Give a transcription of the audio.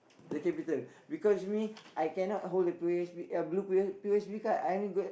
the capital because me I cannot hold the P_O_S_B uh blue P O P_O_S_B card I only get